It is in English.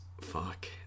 fuck